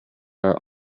are